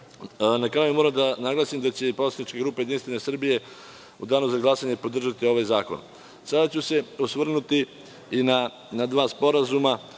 kraju moram da naglasim da će poslanička grupa Jedinstvena Srbija u danu za glasanje podržati ovaj zakon. Sada ću se osvrnuti i na dva sporazuma